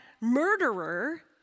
murderer